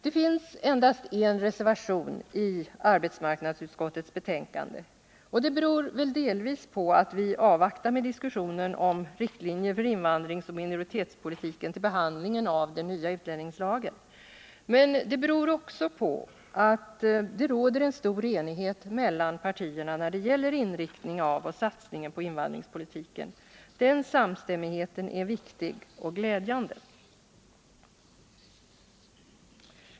Det finns endast en reservation i arbetsmarknadsutskottets betänkande, och det beror väl delvis på att vi avvaktar med diskussionen om riktlinjer för invandringsoch minoritetspolitiken till behandlingen av den nya utlänningslagen. Men det beror också på att det råder en stor enighet mellan partierna, när det gäller inriktningen av och satsningen på invandringspolitiken. Den samstämmigheten är viktig och glädjande.